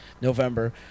November